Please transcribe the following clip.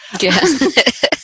Yes